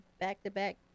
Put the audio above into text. back-to-back